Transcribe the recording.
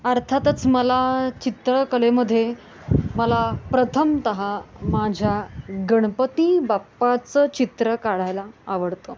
अर्थातच मला चित्रकलेमध्ये मला प्रथमत माझ्या गणपती बाप्पाचं चित्र काढायला आवडतं